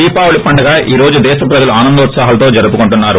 దీపావళి పండుగను ఈ రోజు దేశ ప్రజలు ఆనందోత్సాహాలతో జరుపుకుంటున్నారు